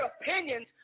opinions